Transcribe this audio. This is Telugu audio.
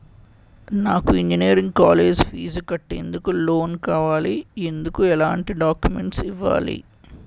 నాకు ఇంజనీరింగ్ కాలేజ్ ఫీజు కట్టేందుకు లోన్ కావాలి, ఎందుకు ఎలాంటి డాక్యుమెంట్స్ ఇవ్వాలి?